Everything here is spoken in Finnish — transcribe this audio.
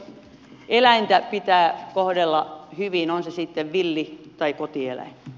eläintä pitää kohdella hyvin on se sitten villi tai kotieläin